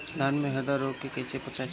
धान में हरदा रोग के कैसे पता चली?